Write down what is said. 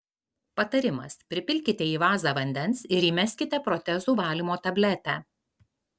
patarimas pripilkite į vazą vandens ir įmeskite protezų valymo tabletę